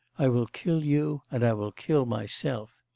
i will kill you and i will kill myself!